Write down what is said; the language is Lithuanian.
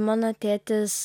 mano tėtis